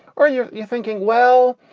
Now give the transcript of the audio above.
are you you thinking, well,